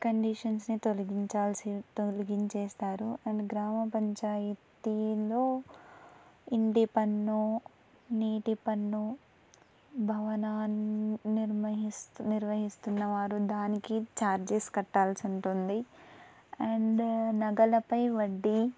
కండిషన్స్ని తొలగించాల్సి తొలగించేస్తారు అండ్ గ్రామపంచాయతీలో ఇంటి పన్ను నీటి పన్ను భవన నిర్మహిస్త నిర్వహిస్తున్న వారు దానికి ఛార్జెస్ కట్టాల్సి ఉంటుంది అండ్ నగలపై వడ్డీ